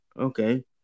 Okay